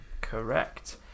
Correct